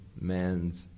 man's